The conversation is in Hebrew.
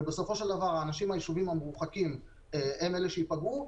ובסופו של דבר האנשים ביישובים המרוחקים הם אלה שייפגעו.